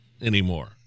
anymore